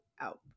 out